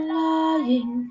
lying